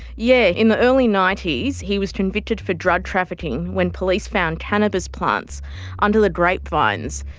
yeah. in the early ninety s he was convicted for drug trafficking when police found cannabis plants under the grape vines.